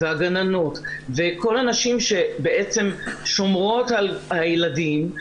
הגננות וכל הנשים ששומרות על הילדים,